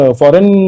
foreign